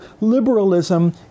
liberalism